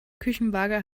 küchenwaage